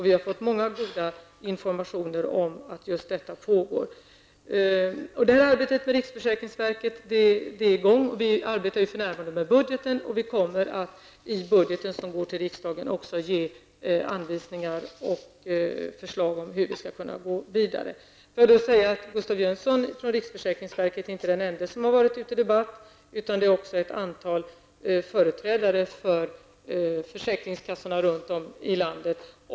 Vi har fått många upplysningar om att just detta pågår. Arbetet tillsammans med riksförsäkringsverket är i gång. Vi arbetar för närvarande med budgeten, och vi kommer också att i budgeten till riksdagen ge anvisningar och förslag om hur vi skall kunna gå vidare. Gustav Jönsson från riksförsäkringsverket är inte den ende som har varit ute i debatt, utan det har också ett antal företrädare för försäkringskassorna runt om i landet gjort.